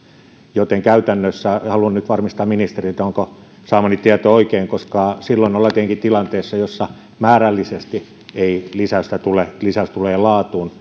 joten käytännössä ja haluan nyt varmistaa ministeriltä onko saamani tieto oikein silloin ollaan tietenkin tilanteessa jossa määrällisesti ei lisäystä tule lisäys tulee laatuun